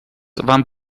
van